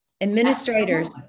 Administrators